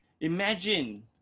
Imagine